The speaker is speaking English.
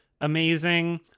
amazing